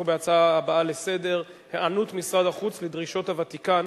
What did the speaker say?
אנחנו בהצעה הבאה לסדר: היענות משרד החוץ לדרישות הוותיקן